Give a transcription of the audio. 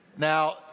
Now